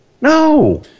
No